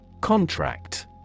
Contract